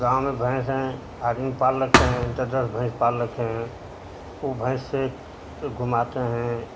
गाँव में भैस हैं आदमी पाल रखे हैं दस दस भैंस पाल रखे हैं उस भैंस से घुमाते हैं